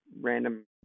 random